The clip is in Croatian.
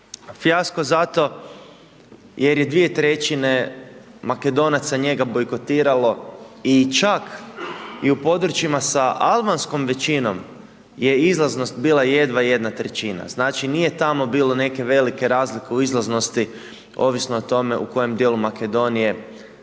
Fijasko zato jer je dvije trećine Makedonaca njega bojkotiralo i čak i u područjima sa albanskom većinom je izlaznost bila jedva jedna trećina. Znači nije tamo bilo neke velike razlike u izlaznosti, ovisno o tome u kojem dijelu Makedonije se